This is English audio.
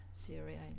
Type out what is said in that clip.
Syria